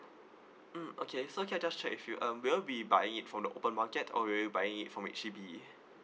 mm okay so can I just check with you um will you be buying it from the open market or will you buying it from H_D_B